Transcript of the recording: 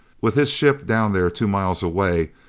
with his ship down there two miles away,